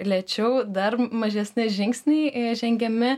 lėčiau dar mažesni žingsniai žengiami